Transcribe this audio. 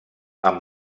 amb